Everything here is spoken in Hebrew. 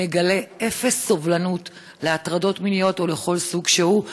נגלה אפס סובלנות להטרדות מיניות או לכל סוג שהוא,